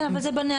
כן, אבל זה בנהלים.